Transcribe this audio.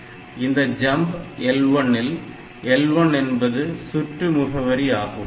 இந்த SJMP L1 இல் L1 என்பது சுற்று முகவரி ஆகும்